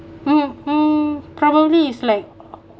mm mm probably is like